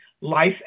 life